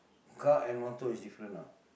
car and motor is different lah